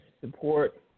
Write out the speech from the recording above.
support